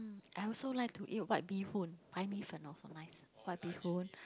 em I also like to eat white bee-hoon so nice white bee-hoon